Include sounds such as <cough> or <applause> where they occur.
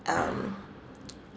um <noise>